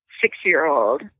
six-year-old